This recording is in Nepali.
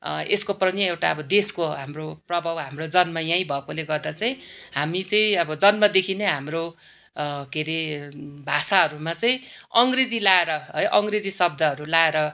यसको पनि एउटा अब देशको हाम्रो प्रभाव हाम्रो जन्म यहीँ भएकोले गर्दा चाहिँ हामी चाहिँ अब जन्मदेखि नै हाम्रो के अरे भाषाहरूमा चाहिँ अङ्ग्रेजी लाएर है अङ्ग्रेजी शब्दहरू लाएर